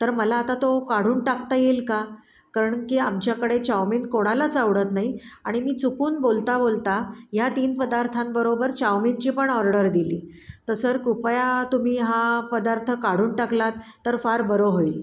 तर मला आता तो काढून टाकता येईल का कारण की आमच्याकडे चाऊमीन कोणालाच आवडत नाही आणि मी चुकून बोलता बोलता या तीन पदार्थांबरोबर चाऊमिनची पण ऑर्डर दिली तर सर कृपया तुम्ही हा पदार्थ काढून टाकलात तर फार बरं होईल